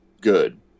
good